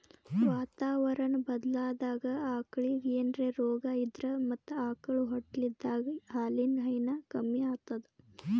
ವಾತಾವರಣಾ ಬದ್ಲಾದಾಗ್ ಆಕಳಿಗ್ ಏನ್ರೆ ರೋಗಾ ಇದ್ರ ಮತ್ತ್ ಆಕಳ್ ಹೊಟ್ಟಲಿದ್ದಾಗ ಹಾಲಿನ್ ಹೈನಾ ಕಮ್ಮಿ ಆತದ್